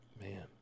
Man